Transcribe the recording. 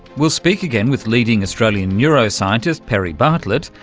we'll speak again with leading australian neuroscientist perry bartlett,